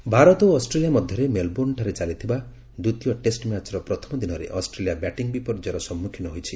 cricket Bharat ଓ Australia ମଧ୍ୟରେ ମେଲ୍ବୋର୍ଷ୍ଣଠାରେ ଚାଲିଥିବା ଦ୍ୱିତୀୟ ଟେଷ୍ଟ ମ୍ୟାଚ୍ର ପ୍ରଥମ ଦିନରେ ଅଷ୍ଟ୍ରେଲିଆ ବ୍ୟାଟିଂ ବିପର୍ଯ୍ୟୟର ସମ୍ମୁଖୀନ ହୋଇଛି